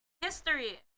History